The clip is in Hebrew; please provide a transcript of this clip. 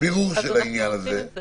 בירור של העניין הזה.